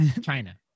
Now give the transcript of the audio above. China